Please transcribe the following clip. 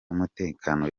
w’umutekano